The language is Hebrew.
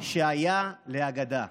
שהיה לאגדה: